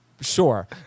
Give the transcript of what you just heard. Sure